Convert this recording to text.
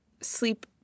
sleep